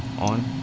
on